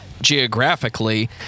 geographically